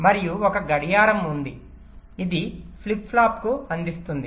మరియు ఒక గడియారం ఉంది ఇది ఫ్లిప్ ఫ్లాప్కు అందిస్తుంది